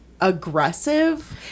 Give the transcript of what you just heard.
aggressive